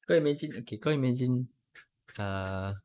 kau imagine okay kau imagine err